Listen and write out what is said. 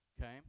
okay